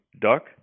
duck